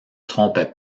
trompait